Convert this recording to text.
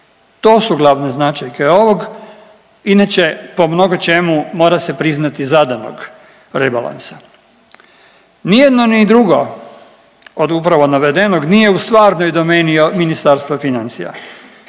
to su glavne značajke ovog, inače po mnogočemu mora se priznati zadanog rebalansa. Ni jedno ni drugo od upravo navedenog nije u stvarnoj domeni Ministarstva financija